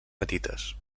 petites